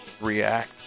react